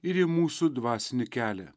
ir į mūsų dvasinį kelią